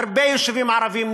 הרבה יישובים ערביים נפגעו,